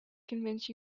convince